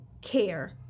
care